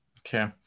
Okay